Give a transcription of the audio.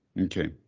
okay